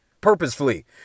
purposefully